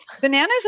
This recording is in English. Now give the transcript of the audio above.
bananas